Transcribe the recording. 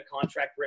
contract